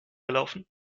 gelaufen